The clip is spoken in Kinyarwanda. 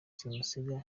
simusiga